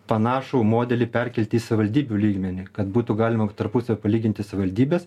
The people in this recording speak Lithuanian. panašų modelį perkelti į savivaldybių lygmenį kad būtų galima tarpusavy palyginti savivaldybes